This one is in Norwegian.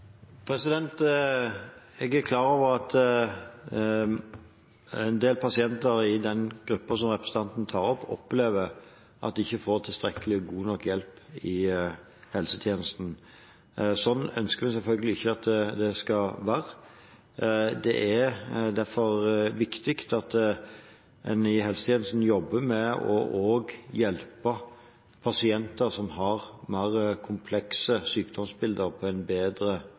Jeg er klar over at en del pasienter i den gruppen som representanten tar opp, opplever at de ikke får tilstrekkelig og god nok hjelp i helsetjenesten. Slik ønsker vi selvfølgelig ikke at det skal være. Det er derfor viktig at en i helsetjenesten jobber med å hjelpe pasienter som har mer komplekse sykdomsbilder, på en bedre